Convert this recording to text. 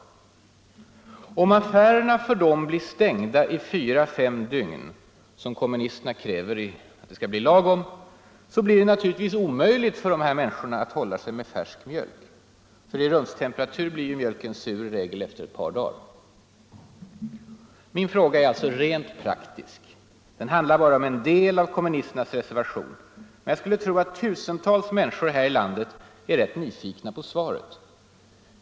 Om affärerna blir stängda för dem i fyra fem dygn, som kommunisterna kräver lag på, blir det naturligtvis omöjligt för de här människorna att hålla sig med färsk mjölk. I rumstemperatur blir mjölken i regel sur efter ett par dagar. Min fråga är alltså rent praktisk. Den handlar bara om en del av kommunisternas reservation. Men jag skulle tro att tusentals människor här i landet är rätt nyfikna på svaret.